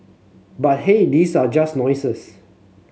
but hey these are just noises